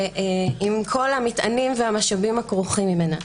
עם כל המטענים והמשאבים הכרוכים בזה,